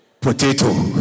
Potato